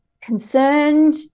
concerned